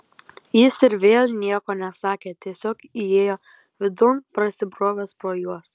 jis ir vėl nieko nesakė tiesiog įėjo vidun prasibrovęs pro juos